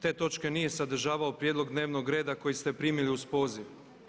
Te točke nije sadržavao prijedlog dnevnog reda koji ste primili uz poziv.